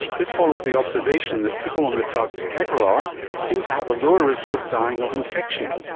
this follows the observation that people on the drug ticagrelor seem to have a lower risk of dying of infection.